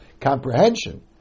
comprehension